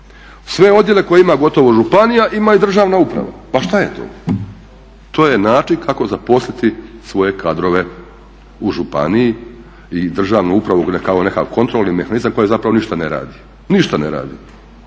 Sve odjele koje ima gotovo županija ima i državna uprava. Pa šta je to? To je način kako zaposliti svoje kadrove u županiji i državnu upravu kao nekakav kontrolni mehanizam koji zapravo ništa ne radi, ništa ne radi.